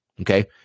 Okay